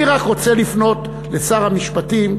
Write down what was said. אני רק רוצה לפנות לשר המשפטים,